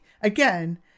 again